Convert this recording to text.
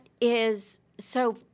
is—so